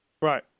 Right